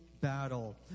battle